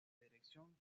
dirección